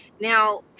Now